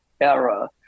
era